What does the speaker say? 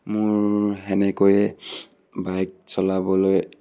মোৰ তেনেকৈয়ে বাইক চলাবলৈ